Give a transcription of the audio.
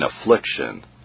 affliction